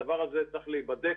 הדבר הזה צריך להיבדק.